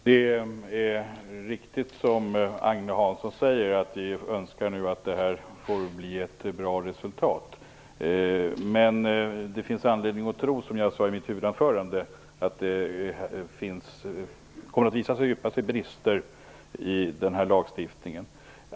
Herr talman! Det är riktigt, Agne Hansson, att vi önskar att det blir ett bra resultat. Men som jag sade i mitt huvudanförande finns det anledning att tro att det finns djupa brister i lagstiftningen.